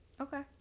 Okay